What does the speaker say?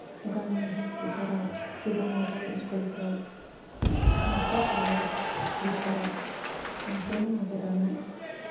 गामि बिथोराव सिगाङावबो स्कुल फोराव मास्टार फ्राबो बिथोराव थांसनो नागिरामोन